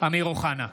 אמיר אוחנה,